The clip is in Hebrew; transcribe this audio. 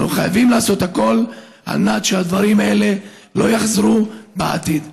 ואנחנו חייבים לעשות הכול כדי שדברים כאלה לא יחזרו בעתיד.